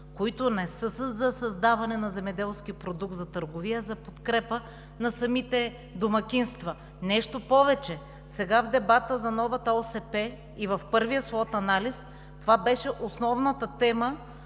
които не са за създаване на земеделски продукт за търговия, а за подкрепа на самите домакинства. Нещо повече, сега в дебата за новата Обща селскостопанска политика и в първия swot-анализ това беше основната тема,